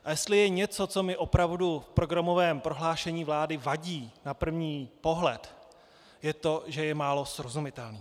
A jestli je něco, co mi opravdu v programovém prohlášení vlády vadí na první pohled, je to, že je málo srozumitelné.